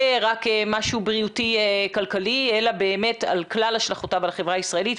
כמשהו בריאותי כלכלי אלא באמת על כלל השלכותיו על החברה הישראלית.